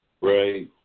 Right